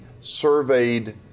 surveyed